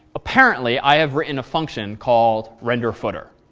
apparently, i have written a function called renderfooter.